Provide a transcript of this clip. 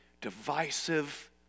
divisive